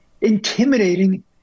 intimidating